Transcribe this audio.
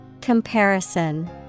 Comparison